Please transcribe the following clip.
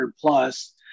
plus